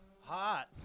Hot